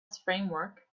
framework